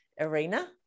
arena